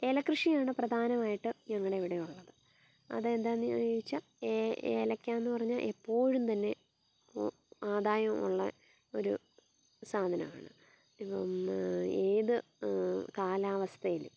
ഏലക്കൃഷിയാണ് പ്രധാനമായിട്ടും ഞങ്ങളുടെ ഇവിടെയുള്ളത് അത് എന്താന്ന് ചോദിച്ചാൽ ഏ ഏ ഏലക്കാന്ന് പറഞ്ഞാൽ എപ്പോഴും തന്നെ ആദായം ഉള്ള ഒരു സാധനമാണ് ഏത് കാലാവസ്ഥയിലും